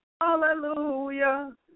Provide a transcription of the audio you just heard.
hallelujah